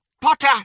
Potter